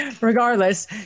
regardless